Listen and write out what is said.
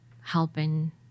helping